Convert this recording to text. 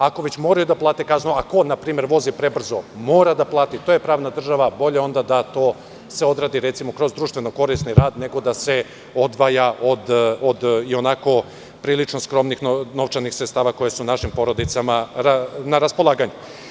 Jer, ako već moraju da plate kaznu, a ko vozi prebrzo mora da plati, to je pravna država, onda je bolje da se to odradi kroz društveno-korisni rad nego da se odvaja od ionako prilično skromnih novčanih sredstava koje su našim porodicama na raspolaganju.